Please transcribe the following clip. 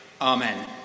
Amen